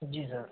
जी sir